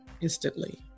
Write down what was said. instantly